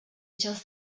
just